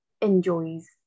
enjoys